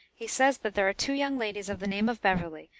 he says that there are two young ladies of the name of beverley,